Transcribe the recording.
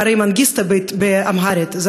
והרי מנגיסטו באמהרית זה,